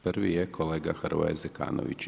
Prvi je kolega Hrvoje Zekanović,